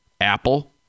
Apple